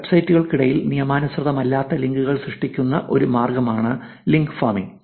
വെബ്സൈറ്റുകൾക്കിടയിൽ നിയമാനുസൃതമല്ലാത്ത ലിങ്കുകൾ സൃഷ്ടിക്കുന്ന ഒരു മാർഗമാണ് ലിങ്ക് ഫാമിംഗ്